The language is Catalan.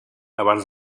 abans